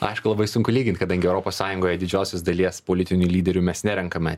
aišku labai sunku lygint kadangi europos sąjungoj didžiosios dalies politinių lyderių mes nerenkame